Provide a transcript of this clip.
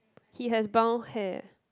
he has brown hair